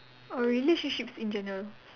or relationships in general